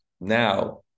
now